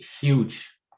Huge